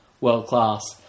world-class